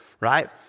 right